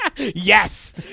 Yes